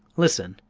listen!